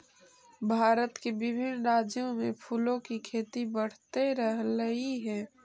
भारत के विभिन्न राज्यों में फूलों की खेती बढ़ते रहलइ हे